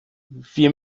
wir